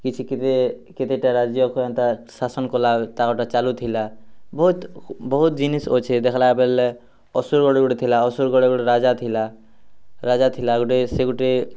କିଛି କିରେ କେତେଟା ରାଜ୍ୟକୁ ଏନ୍ତା ଶାସନ କଲା ତାକଟା ଚାଲୁଥିଲା ବହୁତ ବହୁତ ଜିନିଷ ଅଛେ ଦେଖଲା ବେଲେ ଅସୁରଗଡ଼ ଗୋଟେ ଥିଲା ଅସୁରଗଡ଼ ଗୋଟେ ରାଜା ଥିଲା ରାଜା ଥିଲା ଗୋଟେ ସେ ଗୋଟେ